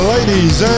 Ladies